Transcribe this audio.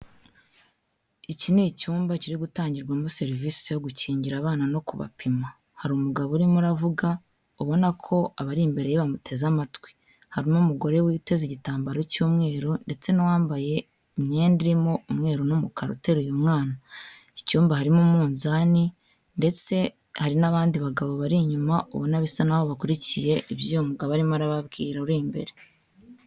Iki ni icyumba kiri gutangirwamo serivisi yo gukingira abana no kubapima, hari umugabo urimo uravuga ubona ko abari imbere ye bamuteze amatwi, harimo umugore witeze igitambaro cy'umweru ndetse n'uwambaye imyenda irimo umweru n'umukara uteruye mwana, iki cyumba harimo umunzani ndetse hari n'abandi bagabo bari inyuma ubona basa naho bakurikiye iby'uyu mugabo arimo arababwira uri imbere